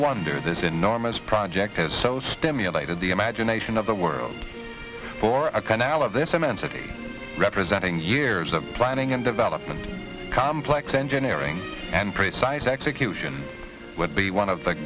wonder this enormous project has so stimulated the imagination of the world for a canal of this immensity representing years of planning and development complex engineering and precise execution would be one of the